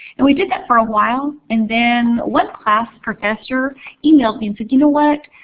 and we did that for a while. and then one class professor emailed me and said, you know what?